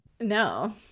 No